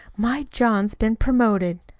my john's been promoted.